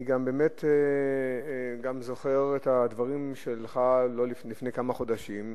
אני גם באמת זוכר את הדברים שלך לפני כמה חודשים,